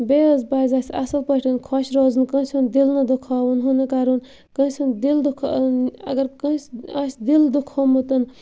بیٚیہِ حظ پَزِ اَسہِ اَصٕل پٲٹھۍ خۄش روزُن کٲنٛسہِ ہُنٛد دِل نہٕ دُکھاوُن ہُہ نہٕ کَرُن کٲنٛسہِ ہُنٛد دِل دُکھا اَگر کٲنٛسہِ آسہِ دِل دُکھومُت